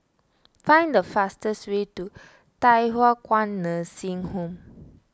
find the fastest way to Thye Hua Kwan Nursing Home